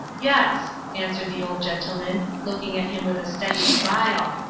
yes, answered the old gentleman, looking at him with a steady smile.